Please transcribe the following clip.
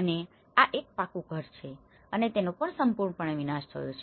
અને આ એક પાકું ઘરછે અને તેનો પણ સંપૂર્ણપણે વિનાશ થયો છે